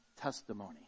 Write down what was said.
testimony